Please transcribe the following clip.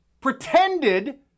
pretended